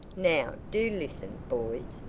now do listen, boys,